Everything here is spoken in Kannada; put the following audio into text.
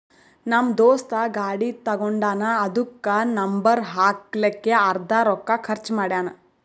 ನಮ್ ದೋಸ್ತ ಗಾಡಿ ತಗೊಂಡಾನ್ ಅದುಕ್ಕ ನಂಬರ್ ಹಾಕ್ಲಕ್ಕೆ ಅರ್ದಾ ರೊಕ್ಕಾ ಖರ್ಚ್ ಮಾಡ್ಯಾನ್